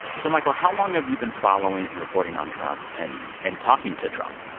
so, michael, how long have you been following and reporting on trump and and talking to trump?